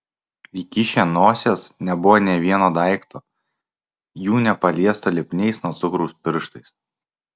įkišę nosies nebuvo nė vieno daikto jų nepaliesto lipniais nuo cukraus pirštais